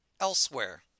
Elsewhere